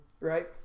right